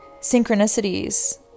synchronicities